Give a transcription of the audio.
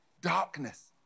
darkness